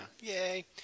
yay